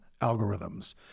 algorithms